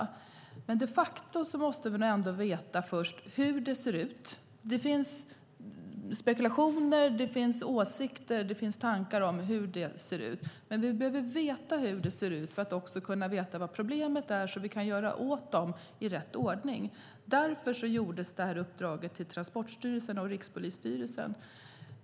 Faktum är dock att vi först måste veta hur det ser ut. Det finns spekulationer, åsikter och tankar om hur det ser ut, men vi behöver veta hur det ser ut för att vi ska veta vad problemen är och kunna göra något åt dem i rätt ordning. Därför gavs uppdraget till Transportstyrelsen och Rikspolisstyrelsen.